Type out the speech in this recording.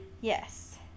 Yes